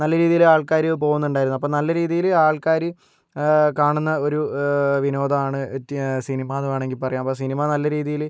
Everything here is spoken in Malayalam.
നല്ല രീതിയില് ആൾക്കാര് പോവുന്നുണ്ടായിരുന്നു അപ്പോൾ നല്ല രീതിയില് ആൾക്കാര് കാണുന്ന ഒരു വിനോദമാണ് സിനിമാന്ന് വേണമെങ്കിൽ പറയാം അപ്പം സിനിമ നല്ല രീതിയില്